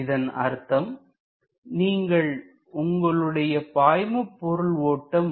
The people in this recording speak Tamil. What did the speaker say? இதன் அர்த்தம் நீங்கள் உங்களுடைய பாய்மபொருள் ஓட்டம்